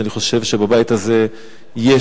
אני חושב שבבית הזה יש,